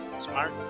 smart